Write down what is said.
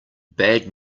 bad